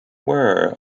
were